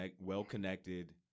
well-connected